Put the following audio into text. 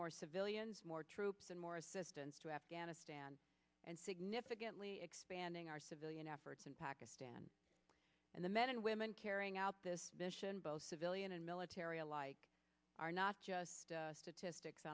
more civilians more troops and more assistance to afghanistan and significantly expanding our civilian efforts in pakistan and the men and women carrying out this mission both civilian and military alike are not just statistics